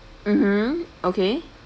mmhmm okay